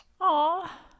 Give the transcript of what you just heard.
Aw